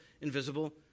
invisible